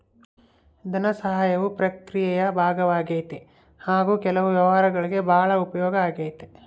ಧನಸಹಾಯವು ಪ್ರಕ್ರಿಯೆಯ ಭಾಗವಾಗೈತಿ ಹಾಗು ಕೆಲವು ವ್ಯವಹಾರಗುಳ್ಗೆ ಭಾಳ ಉಪಯೋಗ ಆಗೈತೆ